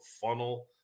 funnel